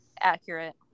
accurate